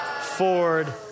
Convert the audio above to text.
Ford